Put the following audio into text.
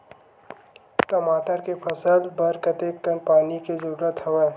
टमाटर के फसल बर कतेकन पानी के जरूरत हवय?